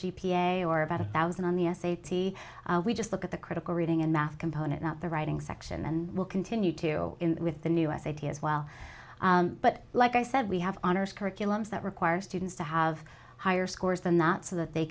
a or about a thousand on the s a t we just look at the critical reading and math component not the writing section and will continue to with the new s a t as well but like i said we have honors curriculums that require students to have higher scores than that so that they